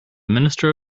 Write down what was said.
minister